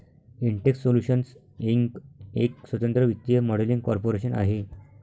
Intex solutions Inc एक स्वतंत्र वित्तीय मॉडेलिंग कॉर्पोरेशन आहे